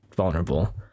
vulnerable